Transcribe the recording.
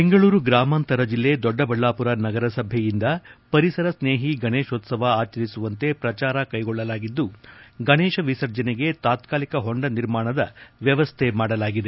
ಬೆಂಗಳೂರು ಗ್ರಾಮಾಂತರ ಜಿಲ್ಲೆ ದೊಡ್ಡಬಳ್ಳಾಪುರ ನಗರಸಭೆಯಿಂದ ಪರಿಸರ ಸ್ತೇಹಿ ಗಣೇಶೋತ್ವವ ಆಚರಿಸುವಂತೆ ಪ್ರಚಾರ ಕೈಗೊಳ್ಳಲಾಗಿದ್ದು ಗಣೇಶ ವಿಸರ್ಜನೆಗೆ ತಾತ್ನಾಲಿಕ ಹೊಂಡ ನಿರ್ಮಾಣದ ವ್ಯವಸ್ಥೆ ಮಾಡಲಾಗಿದೆ